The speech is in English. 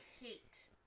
hate